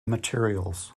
materials